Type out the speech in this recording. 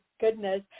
goodness